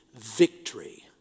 victory